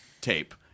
tape